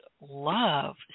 love